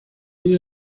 you